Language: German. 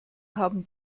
haben